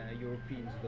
Europeans